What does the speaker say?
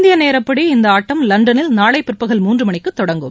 இந்திய நேரப்படி இந்த ஆட்டம் லண்டனில் நாளை பிற்பகல் மூன்று மணிக்கு தொடங்கும்